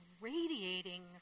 radiating